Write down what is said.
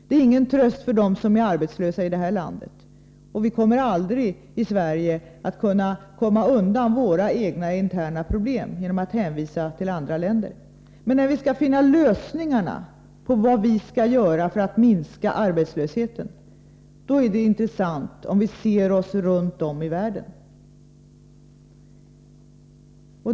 Det är ingen tröst för dem som är arbetslösa här i landet, och vi kommer aldrig i Sverige att komma undan våra egna interna problem genom att hänvisa till andra länder, men när vi skall leta efter lösningarna — vad vi skall göra för att minska arbetslösheten — är det intressant att se på förhållandena runt om i världen.